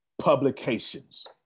publications